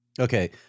Okay